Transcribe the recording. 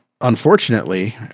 unfortunately